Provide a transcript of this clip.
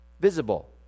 visible